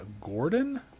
Gordon